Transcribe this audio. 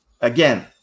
again